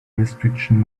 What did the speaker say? restriction